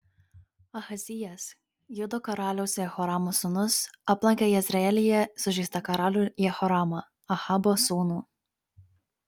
ahazijas judo karaliaus jehoramo sūnus aplankė jezreelyje sužeistą karalių jehoramą ahabo sūnų